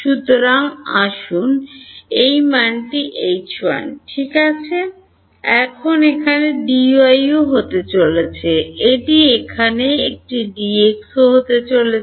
সুতরাং আসুন এই মানটি H1 ঠিক আছে এখন এখানে Dy ও হতে চলেছে এটি এখানে একটি Dx ও হতে চলেছে